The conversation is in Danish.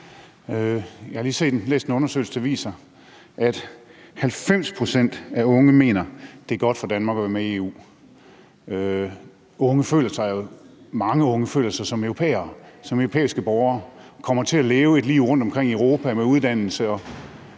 Jeg har lige læst en undersøgelse, der viser, at 90 pct. af unge mener, at det er godt for Danmark at være med i EU. Mange unge føler sig jo som europæere, som europæiske borgere, og kommer til at leve et liv rundtomkring i Europa med uddannelse,